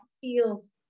feels